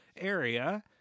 area